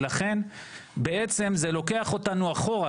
לכן בעצם זה לוקח אותנו אחורה,